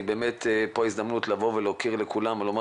ופה ההזדמנות לבוא ולהוקיר את כולם ולומר